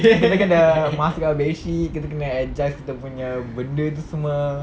kita kena masuk kan bed sheet kita kena adjust kita punya benda tu semua